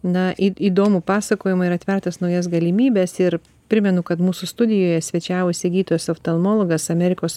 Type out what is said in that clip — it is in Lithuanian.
na į įdomų pasakojimą ir atvertas naujas galimybes ir primenu kad mūsų studijoje svečiavosi gydytojas oftalmologas amerikos